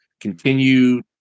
continue